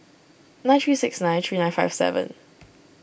nine three six nine three nine five seven